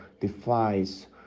defies